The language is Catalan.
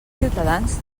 ciutadans